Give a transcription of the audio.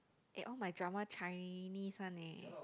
eh all my drama Chinese one eh